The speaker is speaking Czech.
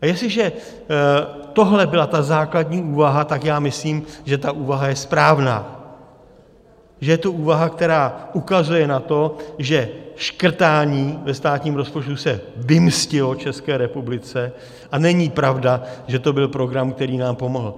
Jestliže tohle byla ta základní úvaha, tak já myslím, že ta úvaha je správná, že je to úvaha, která ukazuje na to, že škrtání ve státním rozpočtu se vymstilo České republice, a není pravda, že to byl program, který nám pomohl.